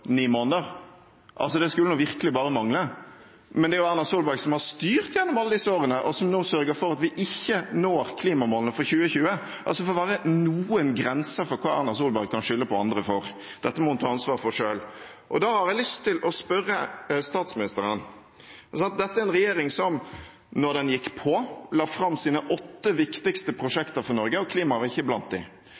ni måneder. Det skulle nå virkelig bare mangle. Men det er Erna Solberg som har styrt gjennom alle disse årene, og som nå sørger for at vi ikke når klimamålene for 2020. Det får være noen grenser for hva Erna Solberg kan skylde på andre for. Dette må hun ta ansvar for selv. Og da har jeg lyst til å stille statsministeren et spørsmål til. Dette er en regjering som, da den gikk på, la fram sine åtte viktigste prosjekter for Norge, og klima var ikke blant